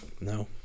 No